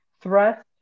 thrust